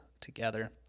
together